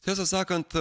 tiesą sakant